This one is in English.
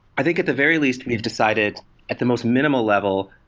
i think at the very least, we've decided at the most minimal level,